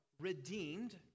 redeemed